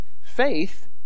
faith